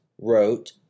wrote